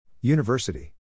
University